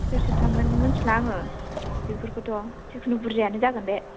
सोर सोर थांगोन मोन्थिला आङो बेफोरखौथ' जिखुनु बुरजायानो जागोन बे